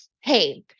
Hey